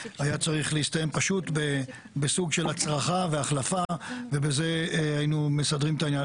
היה צריך להסתיים בסוג של הצרחה והחלפה ובזה היינו מסדרים את העניין.